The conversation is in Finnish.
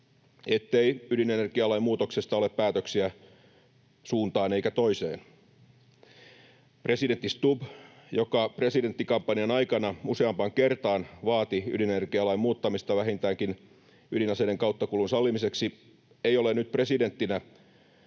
ettei ydinenergialain muutoksesta ole päätöksiä suuntaan eikä toiseen. Presidentti Stubb, joka presidenttikampanjan aikana useampaan kertaan vaati ydinenergialain muuttamista vähintäänkin ydinaseiden kauttakulun sallimiseksi, ei ole nyt presidenttinä